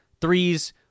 threes